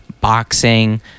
boxing